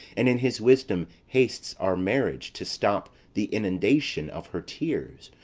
and in his wisdom hastes our marriage to stop the inundation of her tears,